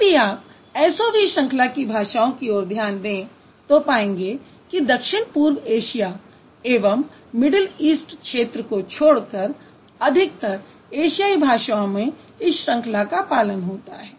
यदि आप SOV श्रंखला की भाषाओं की ओर ध्यान दें तो पाएंगे कि दक्षिण पूर्व एशिया एवं मिडिल ईस्ट क्षेत्र को छोडकर अधिकतर एशियाई भाषाओं में इस श्रंखला का पालन होता है